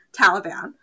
Taliban